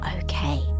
Okay